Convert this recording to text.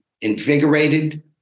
invigorated